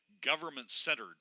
government-centered